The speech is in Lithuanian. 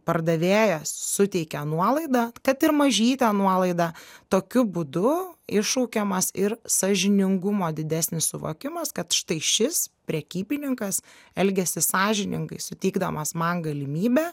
pardavėjas suteikia nuolaidą kad ir mažytę nuolaidą tokiu būdu iššaukiamas ir sąžiningumo didesnis suvokimas kad štai šis prekybininkas elgiasi sąžiningai suteikdamas man galimybę